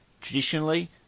traditionally